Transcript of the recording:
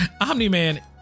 omni-man